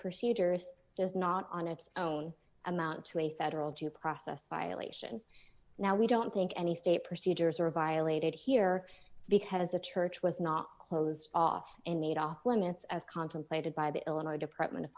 procedures does not on its own amount to a federal to process violation now we don't think any state procedures are violated here because the church was not closed off and made off limits as contemplated by the illinois department of